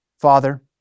Father